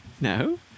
No